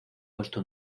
puesto